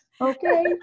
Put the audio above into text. Okay